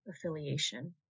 affiliation